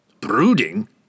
Brooding